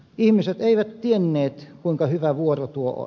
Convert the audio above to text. ihmiset eivät tienneet kuinka hyvä vuoro tuo on